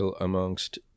amongst